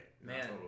Man